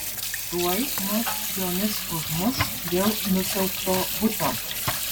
tuoj mus jomis užmuš dėl nusiaubto buto